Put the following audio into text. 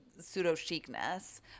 pseudo-chicness